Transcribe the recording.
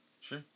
Sure